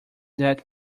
that